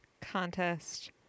contest